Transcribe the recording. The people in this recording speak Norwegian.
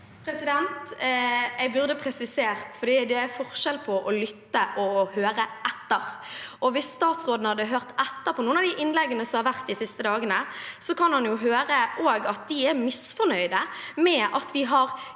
Jeg burde ha presi- sert, for det er forskjell på å lytte og å høre etter. Hvis statsråden hadde hørt etter på noen av innleggene som har vært de siste dagene, kunne han også høre at de er misfornøyde med at vi har